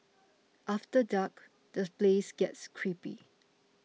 after dark the place gets creepy